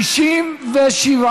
התשע''ח 2018,